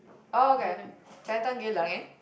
orh okay Chinatown Geylang and